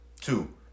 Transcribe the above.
Two